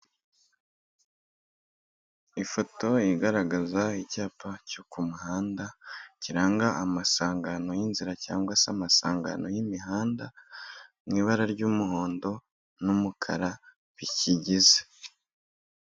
Ifoto igaragaza icyapa cyo ku muhanda, kiranga amasangano y'inzira cyangwa se amasangano y'imihanda mu ibara ry'umuhondo n'umukara bikigize.